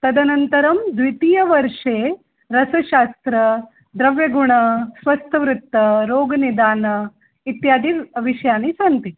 तदनन्तरं द्वितीयवर्षे रसशास्त्रं द्रव्यगुणं स्वस्थवृत्तं रोगनिदानम् इत्यादिविषयाणि सन्ति